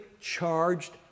charged